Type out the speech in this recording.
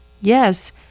Yes